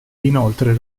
inoltre